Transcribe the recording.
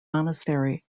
monastery